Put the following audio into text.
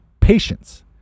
patience